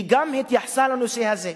היא גם התייחסה לנושא הזה.